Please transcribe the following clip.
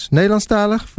Nederlandstalig